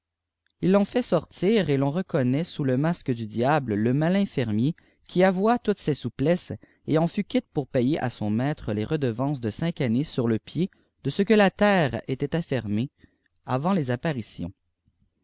fen fait sortir t ton reconnaît sous le masque du diable le matin fumier qui avoua toutes ses soufses et en fut quitte pour payer à son maître les redevajnces de cnq aabées sur lë pied de ce que la terr était affenqée avanit les apparitions